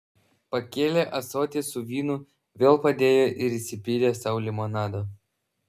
pakėlė ąsotį su vynu vėl padėjo ir įsipylė sau limonado